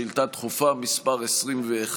שאילתה דחופה מס' 21,